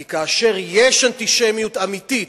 כי כאשר יש אנטישמיות אמיתית,